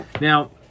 Now